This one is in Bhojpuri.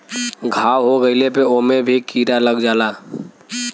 घाव हो गइले पे ओमे भी कीरा लग जाला